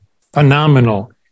phenomenal